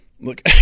look